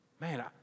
Man